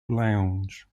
lounge